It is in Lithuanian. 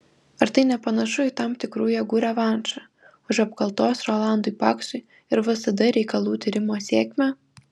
ar tai nepanašu į tam tikrų jėgų revanšą už apkaltos rolandui paksui ir vsd reikalų tyrimo sėkmę